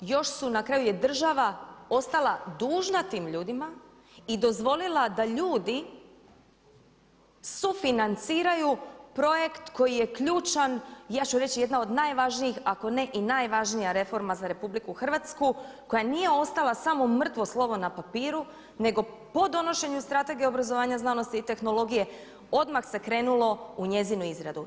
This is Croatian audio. Još su, na kraju je država ostala dužna tim ljudima i dozvolila da ljudi sufinanciraju projekt koji je ključan, ja ću reći jedna od najvažnijih, ako ne i najvažnija reforma za Republiku Hrvatsku koja nije ostala samo mrtvo slovo na papiru nego po donošenju Strategije obrazovanja, znanosti i tehnologije odmah se krenulo u njezinu izradu.